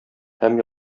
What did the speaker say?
һәм